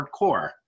hardcore